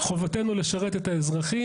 שהמחסנית הזאת לגבי צביון חרדי ריקה,